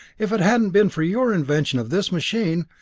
if it hadn't been for your invention of this machine,